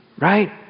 Right